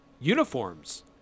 uniforms